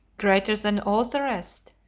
greater than all the rest,